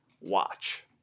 watch